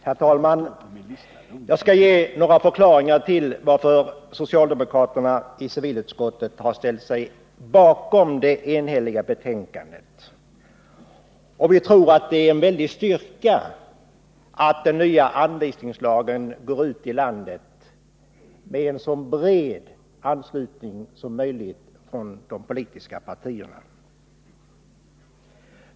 Herr talman! Jag skall ge några förklaringar till varför socialdemokraterna i civilutskottet har ställt sig bakom det enhälliga betänkandet. För det första tror vi att det är en väldig styrka att den nya anvisningslagen går ut i landet med en så bred anslutning som möjligt från de politiska partierna.